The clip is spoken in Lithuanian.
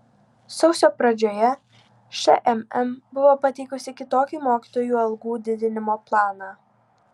sausio pradžioje šmm buvo pateikusi kitokį mokytojų algų didinimo planą